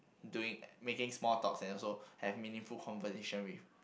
doing making small talks and also have meaningful conversations with